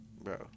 bro